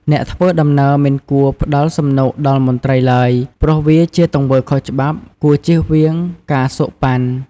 អ្នកធ្វើដំណើរមិនគួរផ្តល់សំណូកដល់មន្ត្រីឡើយ ព្រោះវាជាទង្វើខុសច្បាប់ គួរជៀសវាងការសូកប៉ាន់។